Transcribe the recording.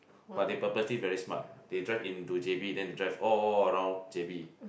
but they purposely very smart they drive into J_B then they drive all around J_B